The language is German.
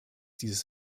dieses